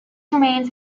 remains